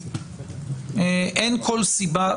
אין כל סיבה,